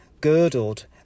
girdled